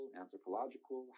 anthropological